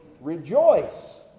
Rejoice